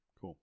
cool